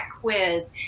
quiz